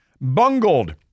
bungled